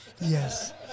Yes